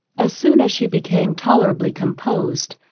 as soon as she became tolerably composed,